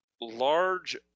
large